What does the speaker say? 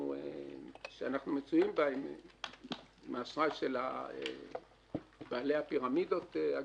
נמצאים בה עם האשראי של בעלי הפירמידות הגדולות,